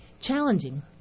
challenging